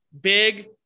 big